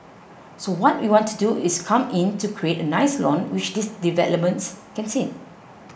so what we want to do is come in to create a nice lawn which these developments can seen